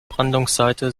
brandungsseite